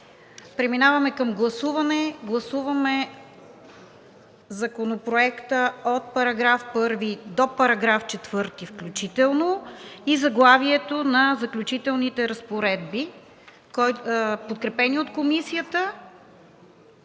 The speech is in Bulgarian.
преминаваме към гласуване. Гласуваме Законопроекта от § 1 до § 4, включително и заглавието „Заключителни разпоредби“, подкрепени от Комисията,